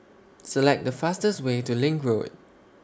Select The fastest Way to LINK Road